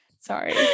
sorry